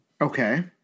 Okay